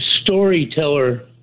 storyteller